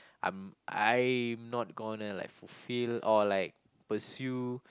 I'm I'm not gonna like fulfill or like pursue